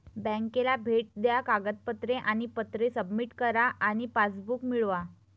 बँकेला भेट द्या कागदपत्रे आणि पत्रे सबमिट करा आणि पासबुक मिळवा